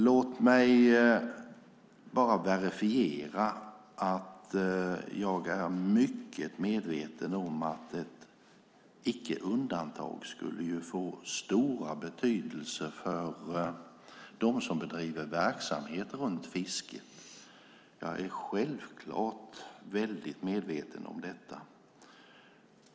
Låt mig bara verifiera att jag är mycket medveten om att ett icke fortsatt undantag skulle få stor betydelse för dem som bedriver verksamhet runt fisket. Jag är självfallet väldigt medveten om detta.